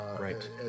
right